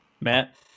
Matt